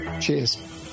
Cheers